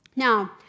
Now